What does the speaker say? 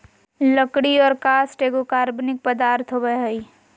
लकड़ी और काष्ठ एगो कार्बनिक पदार्थ होबय हइ